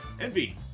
Envy